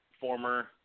former